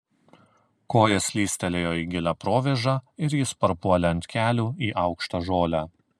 koja slystelėjo į gilią provėžą ir jis parpuolė ant kelių į aukštą žolę